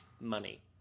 money